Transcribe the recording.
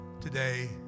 today